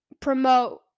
promote